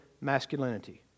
masculinity